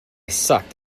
sucked